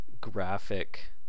graphic